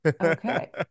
Okay